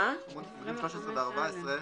בעמוד 13 ו-14,